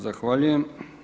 Zahvaljujem.